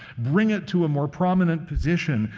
bring it to a more prominent position,